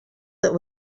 that